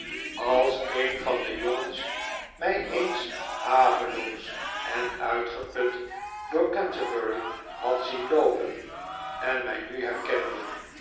als een van de jongens mij eens haveloos en uitgeput door canterbury had zien loopen en mij nu herkende